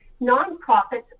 Nonprofits